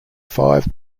five